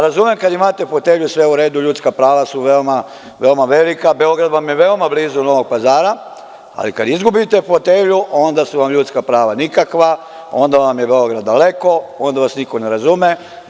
Razumem, kada imate fotelju, sve je u redu, ljudska prava su veoma velika, Beograd vam je veoma blizu Novog Pazara, ali kad izgubite fotelju, onda su vam ljudska prava nikakva, onda vam je Beograd daleko, onda vas niko ne razume.